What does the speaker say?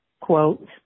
quote